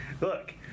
look